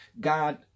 God